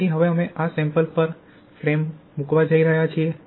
તેથી હવે અમે આ સેમ્પલ ફ્રેમ પર મૂકવા જઈ રહ્યા છીએ